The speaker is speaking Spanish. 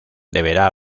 deberá